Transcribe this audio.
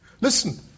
Listen